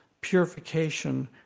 purification